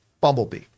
Bumblebee